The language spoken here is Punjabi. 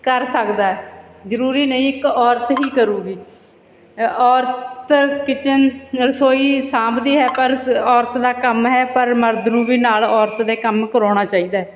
ਕਰ ਸਕਦਾ ਜ਼ਰੂਰੀ ਨਹੀਂ ਇੱਕ ਔਰਤ ਹੀ ਕਰੂਗੀ ਔਰਤ ਕਿਚਨ ਰਸੋਈ ਸਾਂਭਦੀ ਹੈ ਪਰ ਸ ਔਰਤ ਦਾ ਕੰਮ ਹੈ ਪਰ ਮਰਦ ਨੂੰ ਵੀ ਨਾਲ ਔਰਤ ਦੇ ਕੰਮ ਕਰਵਾਉਣਾ ਚਾਹੀਦਾ